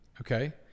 Okay